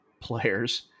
players